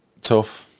tough